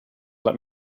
let